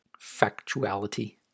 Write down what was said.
Factuality